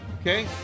Okay